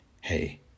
hey